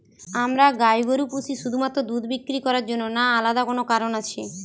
আমরা গাই গরু পুষি শুধুমাত্র দুধ বিক্রি করার জন্য না আলাদা কোনো কারণ আছে?